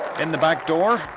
in the back door,